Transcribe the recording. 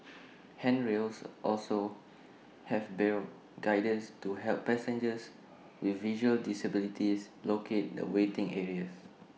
handrails also have braille guidance to help passengers with visual disabilities locate the waiting areas